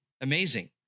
Amazing